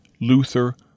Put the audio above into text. Luther